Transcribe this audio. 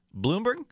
Bloomberg